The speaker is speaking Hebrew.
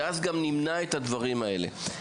ואז גם נמנע את הדברים האלה.